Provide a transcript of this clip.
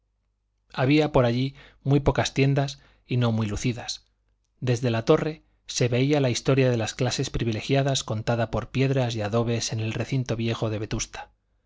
había por allí muy pocas tiendas y no muy lucidas desde la torre se veía la historia de las clases privilegiadas contada por piedras y adobes en el recinto viejo de vetusta